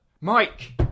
Mike